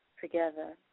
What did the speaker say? together